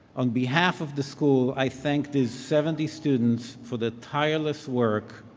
on behalf of the school, i thank the seventy students for the tireless work.